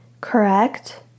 Correct